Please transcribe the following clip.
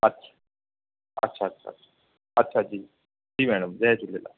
अछ अछा अछा अछा अछा जी जी मैडम जय झूलेलाल